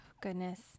Goodness